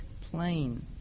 plain